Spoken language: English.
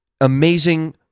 amazing